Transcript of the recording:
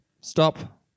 Stop